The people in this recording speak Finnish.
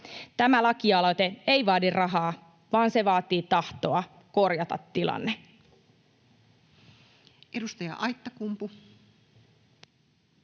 Tämä lakialoite ei vaadi rahaa, vaan se vaatii tahtoa korjata tilanne. [Speech 157]